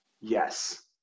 Yes